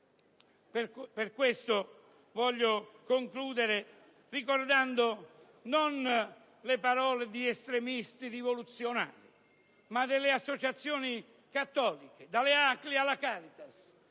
Per questo concludo ricordando non le parole di estremisti rivoluzionari, ma di associazioni cattoliche, dalle ACLI alla Caritas,